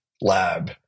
lab